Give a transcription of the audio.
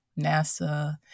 NASA